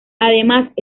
además